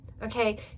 Okay